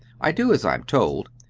i do as i am told,